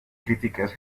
críticas